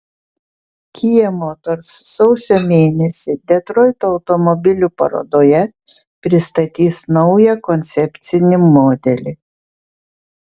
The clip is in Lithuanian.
kia motors sausio mėnesį detroito automobilių parodoje pristatys naują koncepcinį modelį